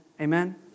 amen